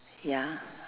ya